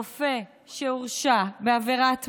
רופא שהורשע בעבירת מין,